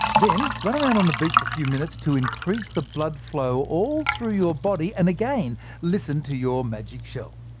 then run around on the beach for a few minutes to increase the blood flow all through your body, and again listen to your magic shell.